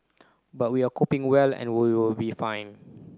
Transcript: but we are coping well and we will be fine